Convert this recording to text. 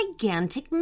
gigantic